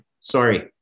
Sorry